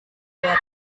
werden